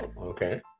okay